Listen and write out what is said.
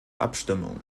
abstimmung